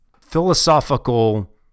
philosophical